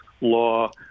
law